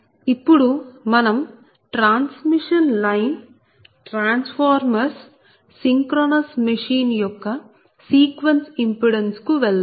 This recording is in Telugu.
ఇప్పుడు మనం transmission line transformers synchronous machine యొక్క సీక్వెన్స్ ఇంపిడెన్సెస్ కు వెళ్దాం